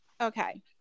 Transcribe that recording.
Okay